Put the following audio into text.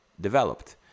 developed